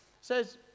says